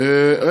רוצה.